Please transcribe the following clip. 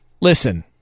Listen